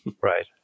Right